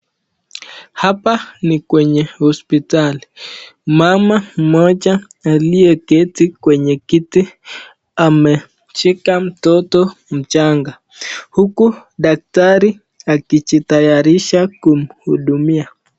Hapa ni kwenye hospitali. Mama mmoja aliyeketi kwenye kiti ameshika mtoto mchanga huku daktari akijitayarisha kumhudumia.